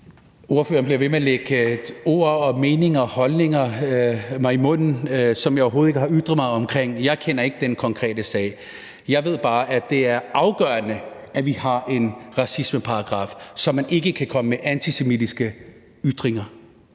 Ordføreren bliver ved med at lægge mig ord, meninger og holdninger i munden om ting, som jeg overhovedet ikke har ytret mig om. Jeg kender ikke den konkrete sag. Jeg ved bare, at det er afgørende, at vi har en racismeparagraf, så man ikke komme med antisemitiske ytringer.